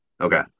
Okay